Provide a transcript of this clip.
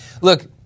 Look